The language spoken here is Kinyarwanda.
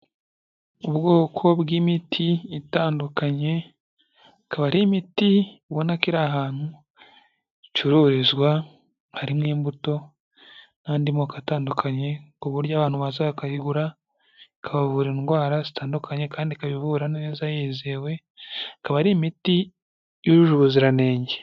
Ubwoko bw'imiti itandukanye, akaba ari imiti ubona ko iri ahantu icururizwa, harimo imbuto n'andi moko atandukanye, ku buryo abantu baza bakayibura ikabavura indwara zitandukanye kandi ikaba ivura neza yizewe, akaba ari imiti yujuje ubuziranenge.